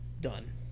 done